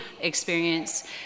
experience